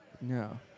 No